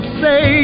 say